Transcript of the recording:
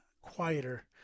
quieter